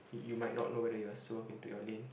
you you might not know whether they'll swerve into your lane